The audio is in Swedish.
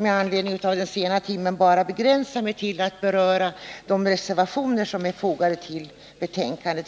Med anledning därav och den sena timmen tänker jag begränsa mig till att helt kort beröra de reservationer som är fogade till betänkandet.